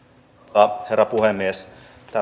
arvoisa herra puhemies